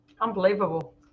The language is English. Unbelievable